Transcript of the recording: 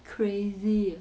crazy uh